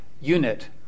unit